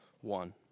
one